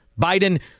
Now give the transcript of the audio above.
Biden